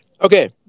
Okay